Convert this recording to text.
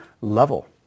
level